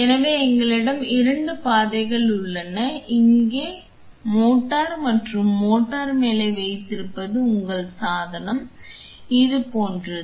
எனவே எங்களிடம் இரண்டு பாதைகள் உள்ளன இது இங்கே மோட்டார் மற்றும் மோட்டார் மேலே வைத்திருப்பது உங்கள் சாதனம் இது போன்றது